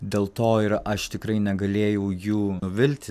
dėl to ir aš tikrai negalėjau jų nuvilti